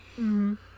-hmm